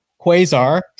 Quasar